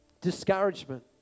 discouragement